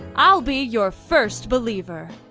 i'll be your first believer.